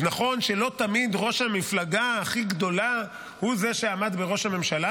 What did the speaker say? אז נכון שלא תמיד ראש המפלגה הכי גדולה הוא זה שעמד בראש הממשלה.